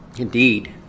Indeed